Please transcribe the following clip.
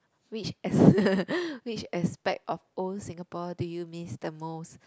which as~ which aspect of old Singapore do you miss the most